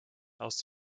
aus